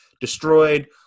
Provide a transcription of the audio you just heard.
destroyed